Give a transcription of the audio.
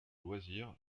loisir